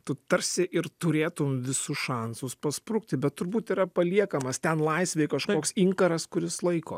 tu tarsi ir turėtum visus šansus pasprukti bet turbūt yra paliekamas ten laisvėj kažkoks inkaras kuris laiko